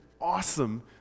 awesome